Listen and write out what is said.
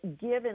given